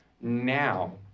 now